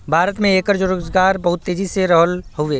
भारत में एकर रोजगार बहुत तेजी हो रहल हउवे